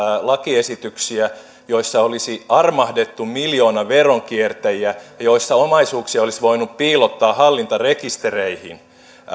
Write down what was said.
lakiesityksiä joissa olisi armahdettu miljoonaveron kiertäjiä ja joissa omaisuuksia olisi voinut piilottaa hallintarekistereihin